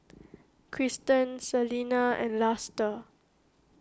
Kristen Salena and Luster